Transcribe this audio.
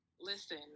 Listen